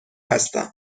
هستم